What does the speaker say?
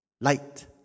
Light